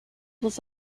was